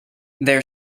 their